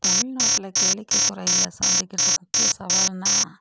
தமிழ்நாட்டில கேளிக்கை துறையில் சந்திக்கின்ற முக்கிய சவால்னா